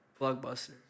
Blockbuster